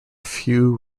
few